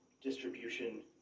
distribution